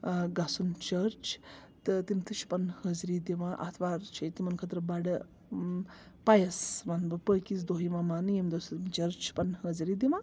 گژھُن چٔرٕچ تہٕ تِم تہِ چھِ پَنُن حٲضری دِوان آتھوار چھِ تِمَن خٲطرٕ بَڈٕ پایَس وَنہٕ بہٕ پٲکیٖز دۄہ یِوان ماننہٕ ییٚمہِ دۄہ تِم چٔرٕچ چھِ پَنُن حٲضری دِوان